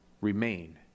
Remain